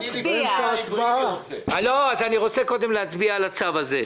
אני רוצה קודם להצביע על הצו הזה.